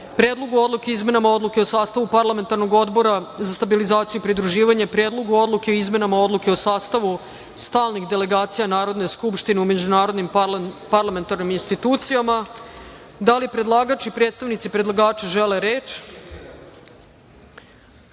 Predlogu odluke o izmenama Odluke o sastavu Parlamentarnog odbora za stabilizaciju i pridruživanje, Predlogu odluke o izmenama odluke o sastavu stalnih delegacija Narodne skupštine u međunarodnim parlamentarnim institucijama. Da li predlagač i predstavnici predlagača žele reč?